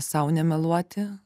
sau nemeluoti